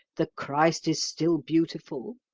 the christ is still beautiful.